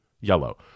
yellow